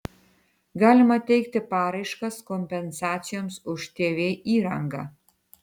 galima teikti paraiškas kompensacijoms už tv įrangą